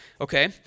Okay